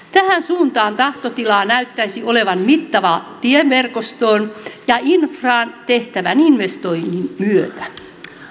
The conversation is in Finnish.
tähän suuntaan tahtotilaa näyttäisi olevan mittavan tieverkostoon ja infraan tehtävän investoinnin myötä